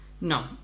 No